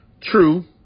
True